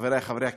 חברי חברי הכנסת,